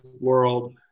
world